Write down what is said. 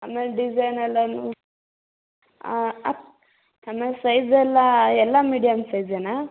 ಆಮೇಲೆ ಡಿಸೈನ್ ಎಲ್ಲಾ ಅಪ್ ಆಮೇಲೆ ಸೈಜೆಲ್ಲಾ ಎಲ್ಲ ಮೀಡಿಯಮ್ ಸೈಜೆನ